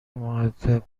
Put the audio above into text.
مودب